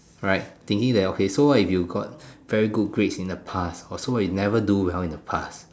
right thinking that okay so what if you got very good grades in the past or so what if you never do well in the past